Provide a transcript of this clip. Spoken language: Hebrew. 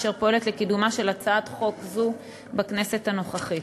אשר פועלת לקידומה של הצעת חוק זו בכנסת הנוכחית.